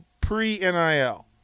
pre-NIL